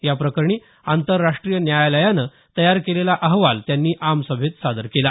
याप्रकरणी आंतरराष्ट्रीय न्यायालयानं तयार केलेला अहवाल त्यांनी आमसभेत सादर केला